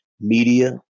media